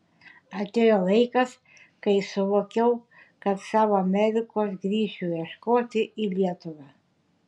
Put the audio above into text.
atėjo laikas kai suvokiau kad savo amerikos grįšiu ieškoti į lietuvą